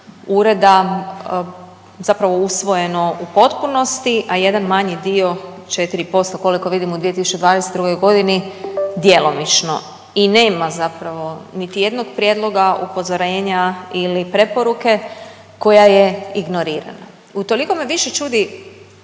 ureda zapravo usvojeno u potpunosti, a jedan manji dio 4% koliko vidim u 2022. godini djelomično i nema zapravo niti jednog prijedloga, upozorenja ili preporuke koja je ignorirana. Utoliko me više čudi